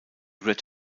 red